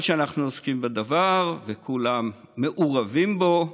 אנחנו עוסקים בדבר וכולם מעורבים בו,